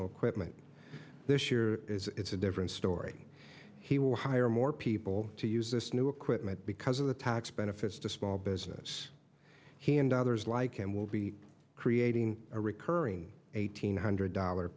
equipment this year it's a different story he will hire more people to use this new equipment because of the tax benefits to small business he and others like him will be creating a recurring eight hundred dollar